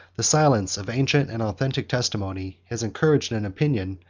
the silence of ancient and authentic testimony has encouraged an opinion,